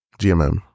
GMM